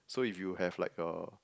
so if you have like a